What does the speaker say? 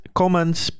comments